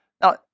Now